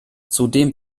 zudem